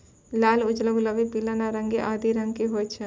लाल, उजला, गुलाबी, पीला, नारंगी आदि कई रंग के होय छै